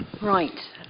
Right